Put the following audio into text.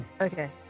Okay